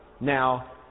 now